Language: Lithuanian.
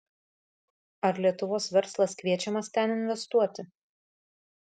ar lietuvos verslas kviečiamas ten investuoti